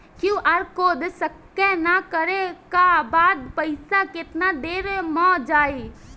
QR code scan न करे क बाद पइसा केतना देर म जाई?